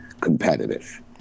competitive